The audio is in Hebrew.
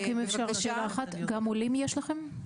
רק אם אפשר עוד שאלה אחת: גם פרופיל של עולים יש לכם?